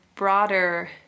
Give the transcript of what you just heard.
Broader